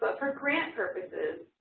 but for grant purposes,